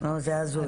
זה הזוי.